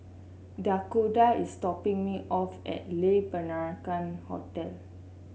Dakoda is dropping me off at Le Peranakan Hotel